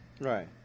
Right